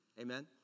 Amen